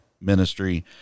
ministry